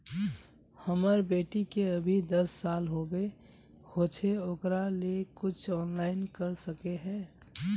हमर बेटी के अभी दस साल होबे होचे ओकरा ले कुछ ऑनलाइन कर सके है?